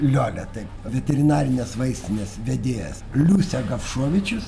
liolia taip veterinarinės vaistinės vedėjas liusė gavšovičius